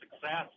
success